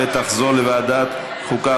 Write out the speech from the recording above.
ותחזור לוועדת חוקה,